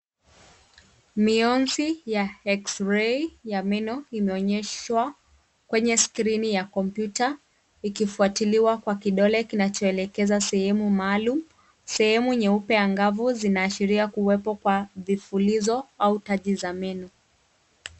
Mionzi ya eksrei ya meno imeonyeshwa kwenye skrini ya kompyuta ikifuatiliwa kwa kidole kinachoelekeza sehemu maalum. Sehemu nyeupe angavu zinaashiria kuwepo kwa vifulizo au taji za meno.